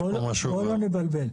בואו לא נתבלבל.